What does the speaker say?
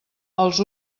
els